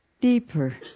deeper